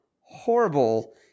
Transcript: horrible